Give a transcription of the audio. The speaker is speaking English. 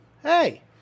Hey